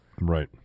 Right